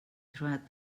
throughout